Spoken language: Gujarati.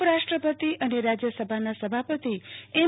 ઉપરાષ્ટ્રપતિ અને રાજયસભાના સભાપતિ એમ